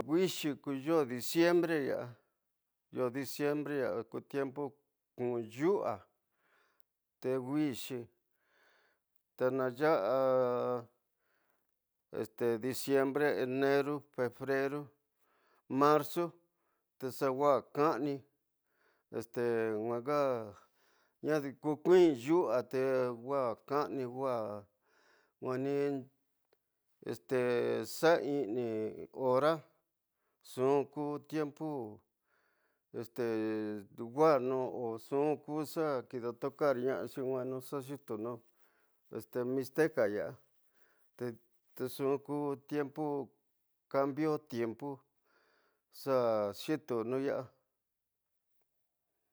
Wixi ko yoo diciembre yaa, go diciembre yaa ku tiempo kuvun yuxa te wixi te na yosa este diciembre, enero, febrero, marzo, te xa waa kami, este waa nadi ko tuwi, yuxa te waa kani waa nwenu, este xa nini hora nxu ku tiempo este ndu wasanxi nxu ku xa kida tokar noaxi nwenu xa xitu nxu mixteka yaa tnxu ku tiempo, kambio tiempo xa xitunu yaa.